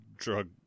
drug